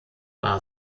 war